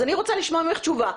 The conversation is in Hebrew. אז אני רוצה לשמוע ממך תשובה,